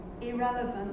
irrelevant